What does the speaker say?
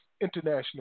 international